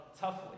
toughly